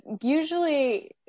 usually